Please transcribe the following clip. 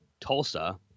Tulsa